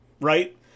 right